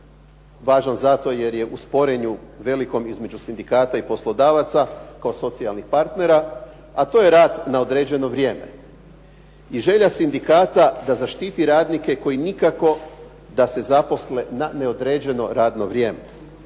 važan zato jer je u sporenju velikom između sindikata i poslodavaca, kao socijalnih partnera, a to je rad na određeno vrijeme. I želja sindikata da zaštiti radnike koji nikako da se zaposle na neodređeno radno vrijeme,